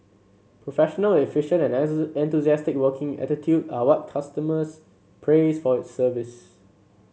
professional efficient and enthusiastic working attitude are what customers praise for its service